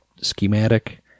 schematic